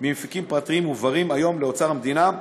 ממפיקים פרטיים ומועברים היום לאוצר המדינה.